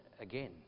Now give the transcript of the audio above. again